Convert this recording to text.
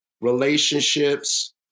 relationships